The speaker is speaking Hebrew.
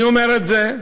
אני אומר את זה,